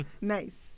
nice